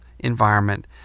environment